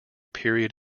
period